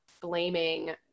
blaming